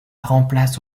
remplace